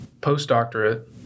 postdoctorate